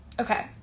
Okay